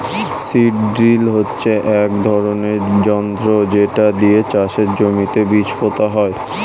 seed drill হচ্ছে এক ধরনের যন্ত্র যেটা দিয়ে চাষের জমিতে বীজ পোতা হয়